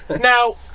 now